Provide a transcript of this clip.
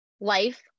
life